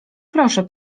proszę